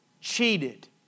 cheated